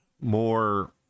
more